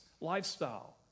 lifestyle